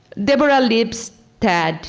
deborah lipstadt